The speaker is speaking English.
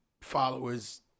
followers